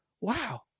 wow